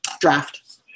draft